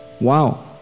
Wow